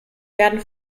werden